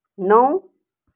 नौ